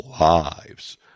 lives